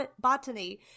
botany